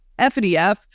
FDF